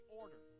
order